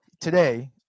today